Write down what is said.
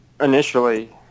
initially